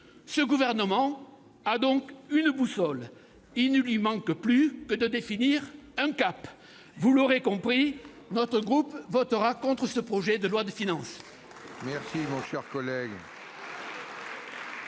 ce gouvernement a donc une boussole. Il ne lui manque donc plus qu'à définir un cap ! Vous l'aurez compris, notre groupe votera contre ce projet de loi de finances.